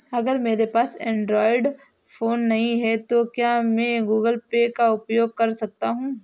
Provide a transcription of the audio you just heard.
अगर मेरे पास एंड्रॉइड फोन नहीं है तो क्या मैं गूगल पे का उपयोग कर सकता हूं?